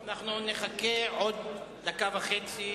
אנחנו נחכה עוד דקה וחצי